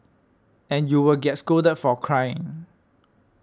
and you would get scolded for crying